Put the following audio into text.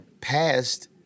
passed